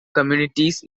communities